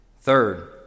Third